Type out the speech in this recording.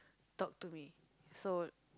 talk to me so